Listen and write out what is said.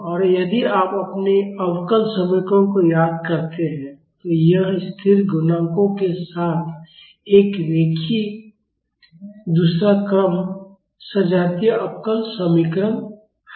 और यदि आप अपने अवकल समीकरणों को याद करते हैं तो यह स्थिर गुणांकों के साथ एक रैखिक दूसरा क्रम सजातीय अवकल समीकरण है